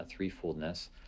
threefoldness